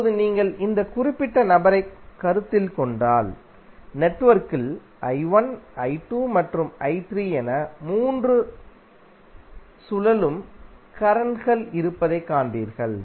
இப்போது நீங்கள் இந்த குறிப்பிட்ட நபரைக் கருத்தில் கொண்டால் நெட்வொர்க்கில் I1 I2 மற்றும் I3 என 3 சுழலும் கரண்ட்கள் இருப்பதைக் காண்பீர்கள்